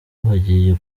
hagiye